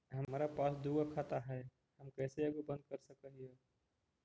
हमरा पास दु गो खाता हैं, हम कैसे एगो के बंद कर सक हिय?